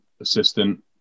assistant